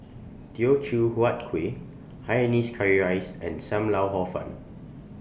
Teochew Huat Kuih Hainanese Curry Rice and SAM Lau Hor Fun